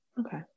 okay